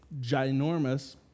ginormous